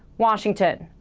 washington.